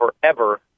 forever